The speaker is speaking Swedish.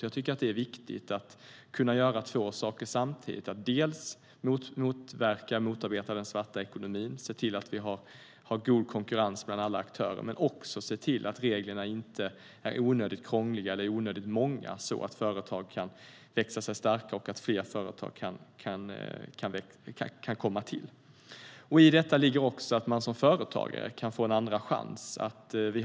Jag tycker att det är viktigt att kunna göra två saker samtidigt, dels motverka den svarta ekonomin och se till att det är god konkurrens mellan alla aktörer, dels se till att reglerna inte är onödigt krångliga eller onödigt många så att företag kan växa sig starka och så att fler företag kan startas. I detta ligger också att man som företagare kan få en andra chans.